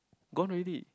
gone already